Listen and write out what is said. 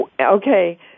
Okay